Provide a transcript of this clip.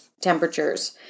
temperatures